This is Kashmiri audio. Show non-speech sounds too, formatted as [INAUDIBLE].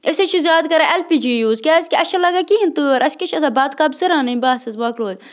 أسۍ حظ چھِ زیادٕ کَران اٮ۪ل پی جی یوٗز کیٛازکہِ اَسہِ چھَنہٕ لگان کِہیٖنۍ تٲر اَسہِ کیٛاہ چھِ آسان بتہٕ کَپ زٕ رَنٕنۍ بس حظ [UNINTELLIGIBLE]